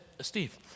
Steve